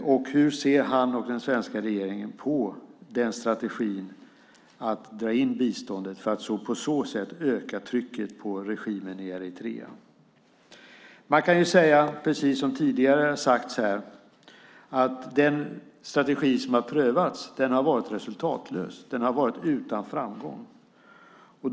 Och hur ser han och den svenska regeringen på strategin att dra in biståndet för att på så sätt öka trycket på regimen i Eritrea? Precis som tidigare har sagts här har den strategi som har prövats varit resultatlös. Den har varit utan framgång.